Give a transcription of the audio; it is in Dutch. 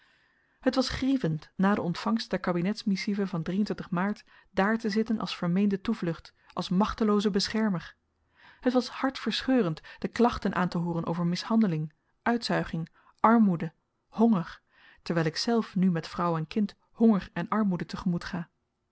het was grievend na de ontvangst der kabinetsmissive van maart dààr te zitten als vermeende toevlucht als machtelooze beschermer het was hartverscheurend de klachten aantehooren over mishandeling uitzuiging armoede honger terwyl ikzelf nu met vrouw en kind honger en armoede te-gemoet ga